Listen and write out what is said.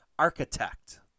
architect